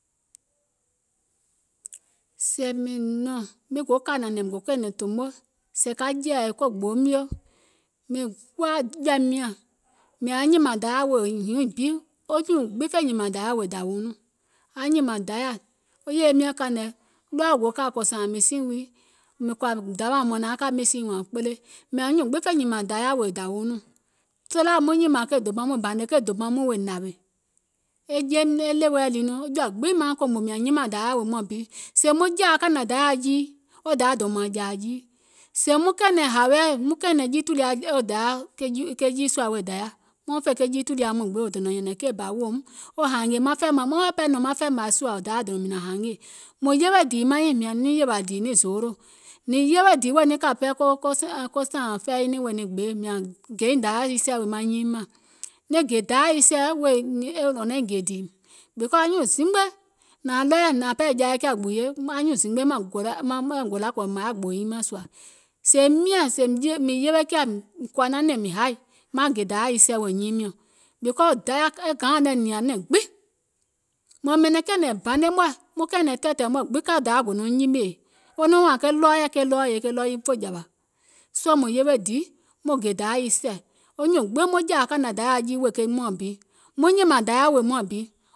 Sèè mìŋ nɔ̀ŋ, mìŋ go kȧ nȧnɛ̀ŋ go kɛ̀ɛ̀nɛ̀ŋ tòmo, sèè ka jɛ̀ì ko gboo mio, mìŋ kuwa jɔ̀ȧim nyȧŋ, mìȧŋ aŋ nyìmȧŋ dayȧ wèè hiŋ bi, wo nyùùŋ gbiŋ fè nyìmȧŋ dayȧ wèè dȧwiuŋ, aŋ nyìmȧŋ dayȧ, wo yèye miɔ̀ŋ kȧŋ nɔ̀ɔŋ, ɗɔɔɛ̀ wò go kȧ kò sȧȧŋ mìsiìiŋ wii mìŋ kɔ̀ȧ mìŋ dawàuŋ, mìȧŋ nyùùŋ gbiŋ fè nyìmȧŋ dayȧ wèè dȧwiuŋ nɔɔ̀ŋ, tòlaȧ muŋ nyèmȧŋ ke dòmaŋ mɔɛ̀ŋ bȧnè ke dòmaŋ mɔɛ̀ŋ wèè nȧwèè, e jeim e ɗèweɛ̀ lii nɔŋ wo jɔ̀ȧ gbiŋ maŋ kòmò mìȧŋ nyimȧŋ dayȧ wèè muȧŋ bi, sèè muŋ jȧȧ kȧnȧ dayȧa jii wo dayȧ dòùm nȧŋ jȧȧ jii, sèè maŋ kɛ̀ɛ̀nɛ̀ŋ hȧȧweɛ̀ maŋ kɛ̀ɛ̀nɛ̀ŋ jii tùlia wèè dayȧ, wò donȧŋ nyɛ̀nɛ̀ŋ keì bà weèum wo hȧȧngè maŋ fɛɛ̀mȧì maŋ weè pɛɛ nɔ̀ŋ maŋ fɛɛ̀mȧì sùȧ wo dayȧ dònȧŋ mìŋ nȧŋ haangè, mùŋ yewe dìì maŋ nyiìŋ mìȧŋ niŋ yèwȧ dìì niŋ zoolò, because anyuùŋ zimgbe nȧaŋ ɗɔɔ yɛɛ̀ nȧȧŋ pɛɛ jaa yɛi kiȧ gbuuye anyuùŋ zimgbe maŋ gòla kòò mȧŋ yaȧ maŋ gboo nyiŋ mȧŋ sùȧ, sèè miȧŋ mìŋ yewe kiȧ mìŋ kɔ̀ȧ nanɛ̀ŋ mìŋ haì, maŋ gè dayȧ e sɛ̀ wèè nyiiŋ miɔ̀ŋ, because dayȧ e gaȧuŋ nɛ̀ nìȧŋ nɛ̀ŋ gbiŋ, mȧŋ ɓɛ̀nɛ̀ŋ kɛ̀ɛ̀nɛ̀ŋ bȧne mɔ̀ɛ̀, maŋ kɛ̀ɛ̀nɛ̀ŋ tɛ̀ɛ̀tɛ̀ɛ̀ mɔ̀ɛ̀ gbiŋ kɛɛ dayȧ gò nɔŋ nyimèè, wo nɔŋ woó wȧȧŋ ke ɗɔɔ yɛɛ̀, ke ɗɔɔ yè ke ɗɔɔ yii muŋ fè jȧwȧ, soo mùŋ yewe dìì maŋ gè dayȧ e sɛ̀, wo nyùùŋ gbiŋ maŋ jȧȧ kȧnȧ dayȧa jii wèè ke muȧŋ bi, muŋ nyìmȧŋ dayȧ wèè muȧŋ bi,